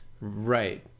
Right